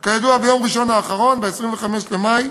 כידוע, ביום ראשון האחרון, 25 במאי,